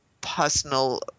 personal